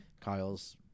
Kyle's